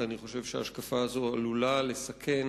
כי אני חושב שההשקפה הזו עלולה לסכן